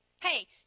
Hey